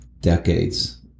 decades